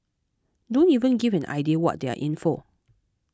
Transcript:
don't even give an idea what they are in for